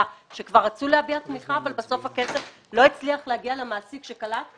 שכבר רצו להביע תמיכה אבל בסוף הכסף לא הצליח להגיע למעסיק שקלט.